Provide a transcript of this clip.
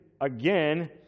again